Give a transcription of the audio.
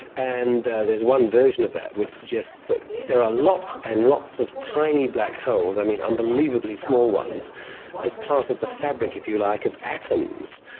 and there is one version of that which suggests that there are lots and lots of tiny black holes, i mean unbelievably small ones as part of the fabric, if you like, of atoms.